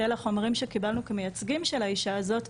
כי אלה חומרים שקיבלנו כמייצגים של האישה הזאת,